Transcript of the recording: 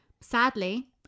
Sadly